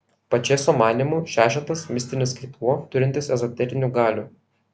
pačėso manymu šešetas mistinis skaitmuo turintis ezoterinių galių